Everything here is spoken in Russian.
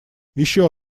еще